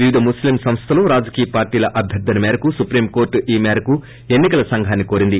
వివిధ ముస్లిం సంస్థలు రాజకీయ పార్టీల అభ్యర్థన మేరకు సుప్రీంకోర్టు ఈ మేరకు ఎన్ని కల సఘాన్ని కోరింది